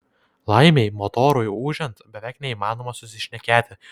laimei motorui ūžiant beveik neįmanoma susišnekėti